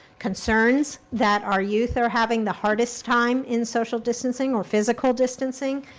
concerns, that our youth are having the hardest time in social distancing or physical distancing.